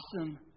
awesome